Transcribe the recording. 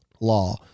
law